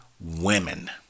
women